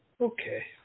Okay